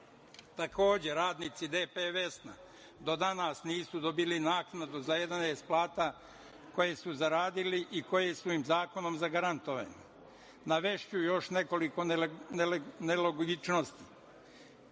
radnici „DP Vesna“ do danas nisu dobili naknadu za 11 plata koje su zaradili i koje su im zakonom zagarantovane. Navešću još nekoliko nelogičnosti.